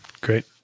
great